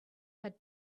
had